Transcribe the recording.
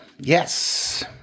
Yes